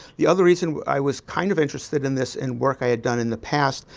the other reason i was kind of interested in this in work i had done in the past,